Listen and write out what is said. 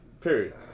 period